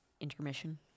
intermission